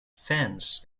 fans